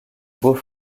beau